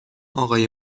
آقای